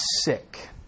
sick